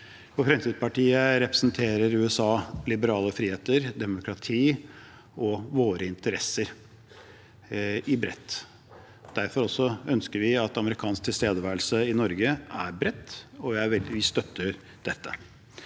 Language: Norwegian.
Fremskrittspartiet representerer USA liberale friheter, demokrati og våre interesser i bredt. Derfor ønsker vi at amerikansk tilstedeværelse i Norge er bred, og vi støtter dette.